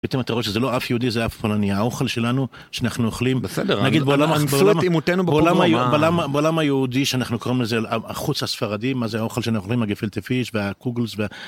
פתאום אתה רואה שזה לא אף יהודי זה אף פולני. האוכל שלנו שאנחנו אוכלים, נגיד בעולם היהודי שאנחנו קוראים לזה, חוץ הספרדים, מה זה האוכל שאנחנו אוכלים, הגפלטפיש והחומוס.